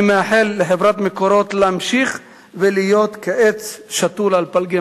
אני מאחל לחברת "מקורות" להמשיך ולהיות "כעץ שתול על פלגי